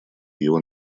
его